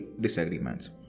disagreements